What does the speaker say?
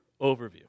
overview